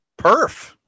Perf